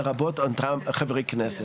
לרבות חברי הכנסת.